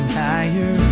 higher